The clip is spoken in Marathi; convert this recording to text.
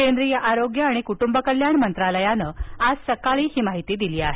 केंद्रीय आरोग्य आणि कुटुंबकल्याण मंत्रालयानं आज सकाळी ही माहिती दिली आहे